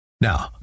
Now